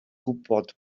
gwybod